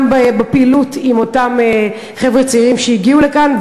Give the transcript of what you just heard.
גם בפעילות עם אותם חבר'ה צעירים שהגיעו לכאן,